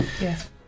Yes